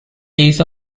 days